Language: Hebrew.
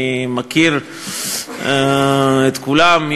אני מכיר את כולם,